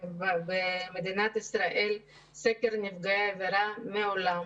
במדינת ישראל מעולם לא נערך סקר נפגעי עבירה.